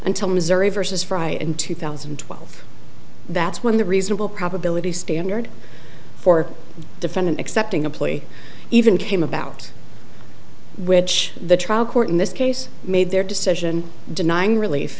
until missouri versus frye in two thousand and twelve that's when the reasonable probability standard for the defendant accepting a plea even came about which the trial court in this case made their decision denying relief